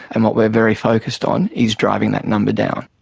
and what we're very focussed on, is driving that number down.